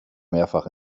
mehrfach